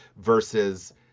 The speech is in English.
versus